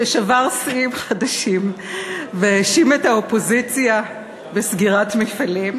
ששבר שיאים חדשים והאשים את האופוזיציה בסגירת מפעלים.